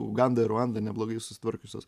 uganda ruanda neblogai susitvarkiusios